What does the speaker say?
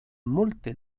multe